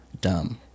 dumb